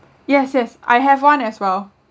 yes yes I have one as well